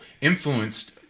influenced